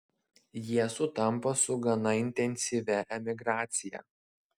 jie sutampa su gana intensyvia emigracija